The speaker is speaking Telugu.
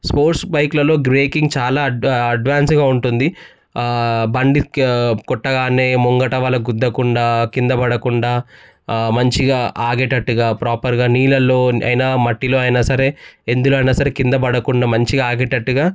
స్పోర్ట్స్ బైకులలో బ్రేకింగ్ చాలా అడ్వా అడ్వాన్స్గా ఉంటుంది బండి కొట్టగానే ముంగట వాళ్ళకు గుద్ధకుండా కింద పడకుండా మంచిగా ఆగేటట్టుగా ప్రాపర్గా నీళ్ళలో అయినా మట్టిలో అయినా సరే ఎందులో అయినా సరే కింద పడకుండా మంచిగా ఆగేటట్టుగా